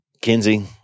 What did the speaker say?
Kenzie